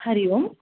Hari Om